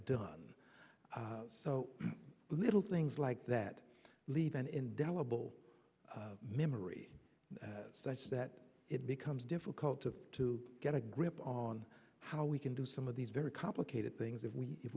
done so little things like that leave an indelible memory such that it becomes difficult to to get a grip on how we can do some of these very complicated things if